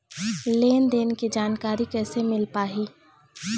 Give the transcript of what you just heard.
लेन देन के जानकारी कैसे मिल पाही?